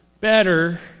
better